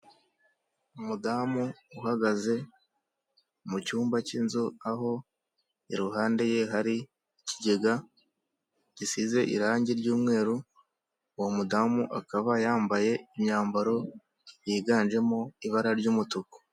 Umudamu uhagaze mu cyumba cy'inzu aho iruhande ye hari ikigega gisize irangi ry'umweru, uwo mudamu akaba yambaye imyambaro yiganjemo ibara ry'umutuku.